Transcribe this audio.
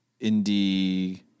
indie